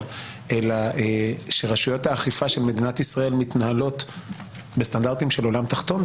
אלא שרשויות האכיפה של מדינת ישראל מתנהלות בסטנדרטים של עולם תחתון,